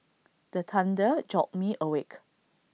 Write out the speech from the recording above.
the thunder jolt me awake